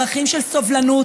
ערכים של סובלנות,